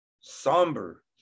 somber